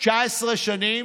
19 שנים,